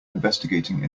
investigating